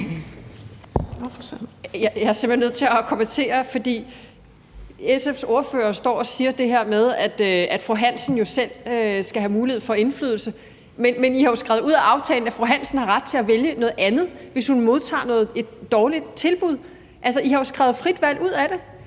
Jeg er simpelt hen nødt til at kommentere, for SF's ordfører står og siger det her med, at fru Hansen selv skal have mulighed for at få indflydelse, men I har jo skrevet ud af aftalen, at fru Hansen har ret til at vælge noget andet, hvis hun modtager et dårligt tilbud. Altså, I har jo skrevet frit valg ud af den.